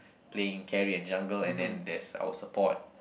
playing carry and jungle and then there's our support